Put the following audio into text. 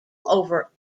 over